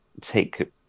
take